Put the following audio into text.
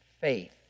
faith